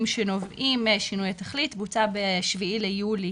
שנובעים משינוי התכלית בוצע בשביעי ביולי